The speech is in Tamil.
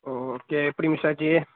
ம் ஓகே எப்படி மிஸ் ஆச்சு